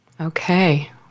Okay